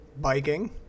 biking